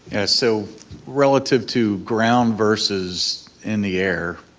so relative to ground versus in the air,